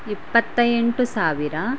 ಇಪ್ಪತ್ತ ಎಂಟು ಸಾವಿರ